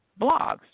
blogs